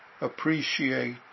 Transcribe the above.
appreciate